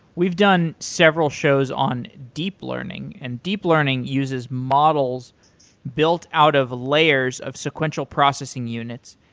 we've done several shows on deep learning, and deep learning uses models built out of layers of sequential processing units.